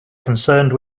concerned